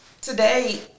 today